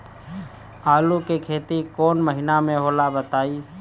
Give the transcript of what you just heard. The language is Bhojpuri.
आलू के खेती कौन महीना में होला बताई?